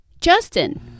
Justin